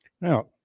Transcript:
now